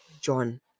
John